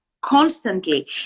constantly